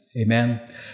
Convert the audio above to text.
Amen